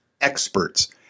experts